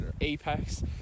Apex